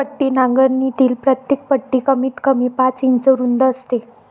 पट्टी नांगरणीतील प्रत्येक पट्टी कमीतकमी पाच इंच रुंद असते